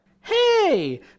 Hey